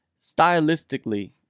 Stylistically